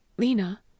Lena